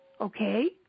okay